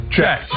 Check